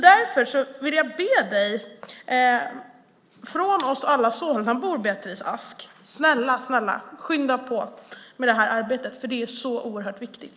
Därför vill jag säga, från alla oss Solnabor: Beatrice Ask! Snälla, snälla, skynda på med det här arbetet, för det är så oerhört viktigt!